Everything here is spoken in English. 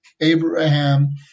Abraham